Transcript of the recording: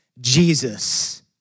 Jesus